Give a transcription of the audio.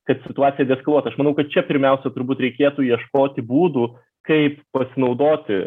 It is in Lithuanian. kad situaciją deeskaluotų aš manau kad čia pirmiausia turbūt reikėtų ieškoti būdų kaip pasinaudoti